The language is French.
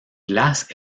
glace